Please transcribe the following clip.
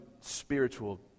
spiritual